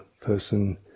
person